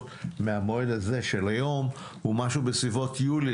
מהמועד הזה של היום הוא משהו בסביבות יולי,